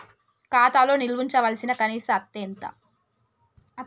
ఖాతా లో నిల్వుంచవలసిన కనీస అత్తే ఎంత?